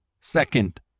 Second